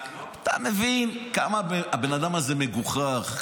אתה מבין כמה הבן אדם הזה מגוחך,